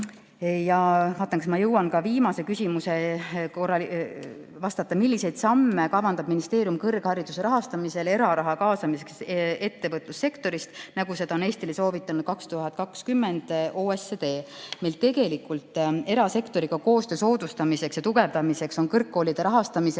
kas ma jõuan ka viimasele küsimusele vastata. "Milliseid samme kavandab ministeerium kõrghariduse rahastamisel eraraha kaasamiseks ettevõtlussektorist, nagu seda on Eestile soovitanud 2020. aastal OECD?" Meil tegelikult erasektoriga koostöö soodustamiseks ja tugevdamiseks on kõrgkoolide rahastamisel